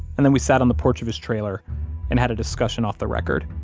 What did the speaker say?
and then we sat on the porch of his trailer and had a discussion off the record.